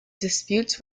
disputes